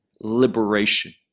liberation